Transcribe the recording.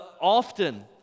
often